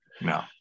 no